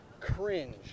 cringe